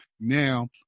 Now